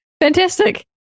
Fantastic